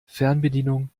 fernbedienung